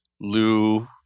Lou